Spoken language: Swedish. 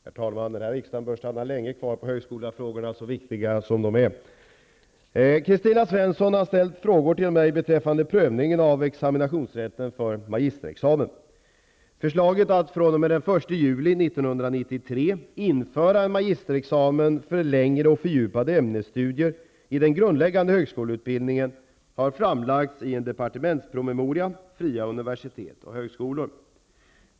Herr talman! Den här riksdagen bör stanna länge kvar vid högskolefrågorna, så viktiga som de är. Kristina Svensson har ställt tre frågor till mig beträffande prövning av examinationsrätten för magisterexamen. Förslaget att den 1 juli 1993 införa en magisterexamen för längre och fördjupade ämnesstudier i den grundläggande högskoleutbildningen har framlagts i en departementspromemoria Fria universitet och högskolor.